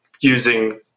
using